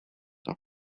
del